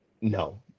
no